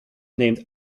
named